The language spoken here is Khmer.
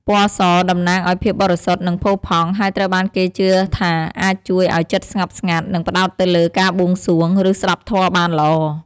ពណ៌សតំណាងឱ្យភាពបរិសុទ្ធ និងផូរផង់ ហើយត្រូវបានគេជឿថាអាចជួយឱ្យចិត្តស្ងប់ស្ងាត់ និងផ្ដោតទៅលើការបួងសួង ឬស្ដាប់ធម៌បានល្អ។